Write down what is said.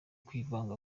kwivanga